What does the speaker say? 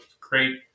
Great